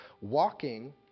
Walking